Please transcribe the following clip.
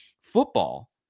football